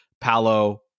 Palo